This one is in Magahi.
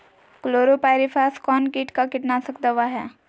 क्लोरोपाइरीफास कौन किट का कीटनाशक दवा है?